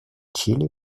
чили